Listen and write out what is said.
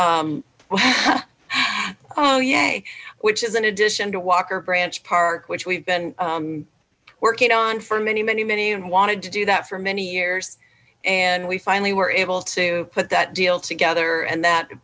oh yay which is an addition to walker branch park which we've been working on for many many many and wanted to do that for many years and we finally were able to put that deal together and that